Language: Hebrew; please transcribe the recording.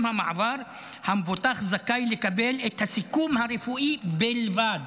עם המעבר המבוטח זכאי לקבל את הסיכום הרפואי בלבד,